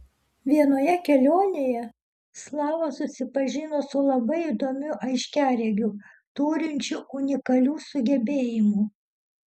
vienoje kelionėje slava susipažino su labai įdomiu aiškiaregiu turinčiu unikalių sugebėjimų